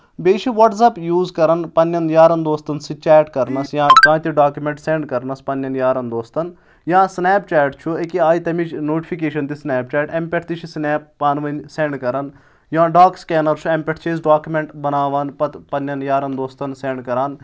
بیٚیہِ چھِ WhatsApp use کَرَان پَنٕنؠن یارَن دوستَن سۭتۍ چیٹ کَرنَس یا کانٛہہ تہِ ڈاکمؠنٛٹ سؠنٛڈ کَرنَس پَنٕنؠن یارَن دوستَن یا سنیپ چیٹ چھُ أکیاہ آیہِ تَمِچ نوٹفکیشَن تہِ سنیپ چیٹ اَمہِ پؠٹھ تہِ چھِ سنیپ پانہٕ ؤنۍ سؠنٛڈ کَرَان یا ڈاک سکینَر چھُ امہِ پؠٹھ چھِ أسۍ ڈاکمینٹ بَناوان پَتہٕ پَننؠن یارَن دوستَن سؠنٛڈ کَران